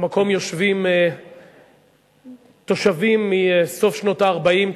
במקום יושבים תושבים מסוף שנות ה-40,